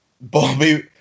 Bobby